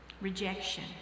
rejection